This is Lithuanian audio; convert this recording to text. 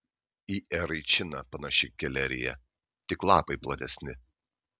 į eraičiną panaši kelerija tik lapai platesni